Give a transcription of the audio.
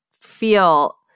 feel